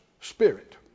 spirit